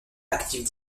active